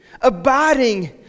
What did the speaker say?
abiding